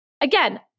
Again